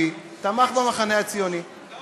תשכנע את החברים שלך בליכוד.